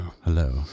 Hello